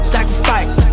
Sacrifice